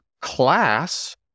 class